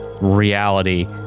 reality